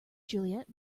juliet